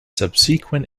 subsequent